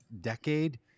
decade